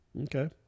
Okay